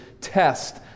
test